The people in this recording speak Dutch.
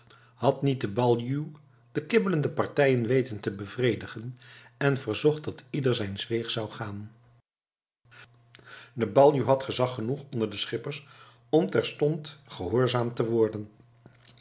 had niet de baljuw de kibbelende partijen weten te bevredigen en verzocht dat ieder zijns weegs zou gaan de baljuw had gezag genoeg onder de schippers om terstond gehoorzaamd te worden